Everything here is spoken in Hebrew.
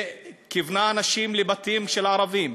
וכיוונו אנשים לבתים של ערבים.